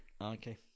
Okay